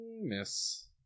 Miss